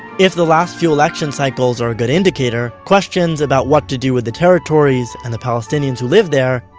if the last few election cycles are a good indicator, questions about what to do with the territories and the palestinians who live there,